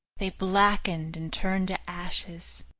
they blackened and turned to ashes.